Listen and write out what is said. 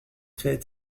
fait